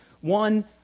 One